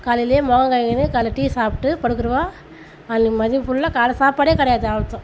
காலையிலேயே முகம் கழுவிக்கினு காலைல டீ சாப்பிட்டு படுத்துடுவா அன்னைக்கு மதியம் ஃபுல்லாக காலை சாப்பாடே கிடையாது அவ்வளோ தான்